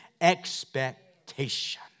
expectation